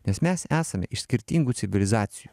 nes mes esame iš skirtingų civilizacijų